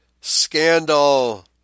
Scandal